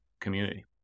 community